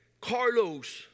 Carlos